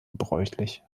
gebräuchlich